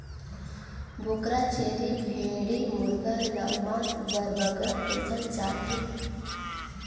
बोकरा, छेरी, भेंड़ी मुरगा ल मांस बर बगरा पोसल जाथे